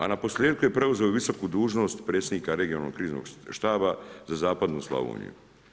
A naposljetku je preuzeo i visoku dužnost predsjednika regionalnog kriznog štaba za zapadnu Slavoniju.